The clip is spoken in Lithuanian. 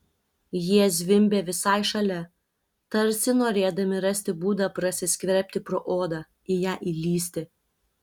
jie zvimbė visai šalia tarsi norėdami rasti būdą prasiskverbti pro odą į ją įlįsti